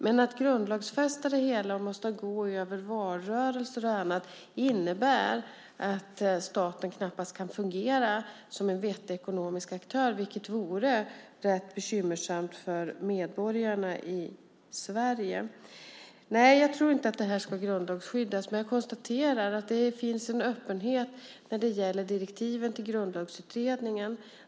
Men att grundlagsfästa det hela och gå över valrörelse och annat innebär att staten knappast kan fungera som en vettig ekonomisk aktör, vilket vore rätt bekymmersamt för medborgarna i Sverige. Nej, jag tror inte att det här ska grundlagsskyddas. Men jag konstaterar att det finns en öppenhet när det gäller direktiven till Grundlagsutredningen.